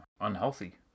Unhealthy